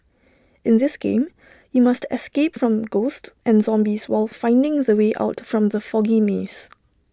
in this game you must escape from ghosts and zombies while finding the way out from the foggy maze